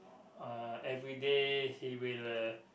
uh everyday he will uh